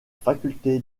faculté